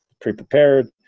pre-prepared